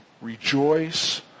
rejoice